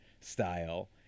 style